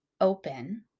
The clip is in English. open